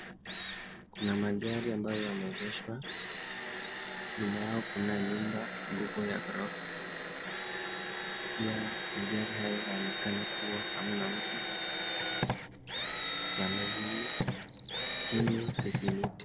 Kuna magari ambayo yameegeshwa nyuma yao kuna nyumba, nyumba ya gorofa pia magari haya inaonekana kuwa hamna mtu, yamezimwa, jini ni simiti .